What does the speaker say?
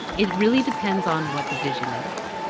it really depends on what the vision is,